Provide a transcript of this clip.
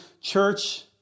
church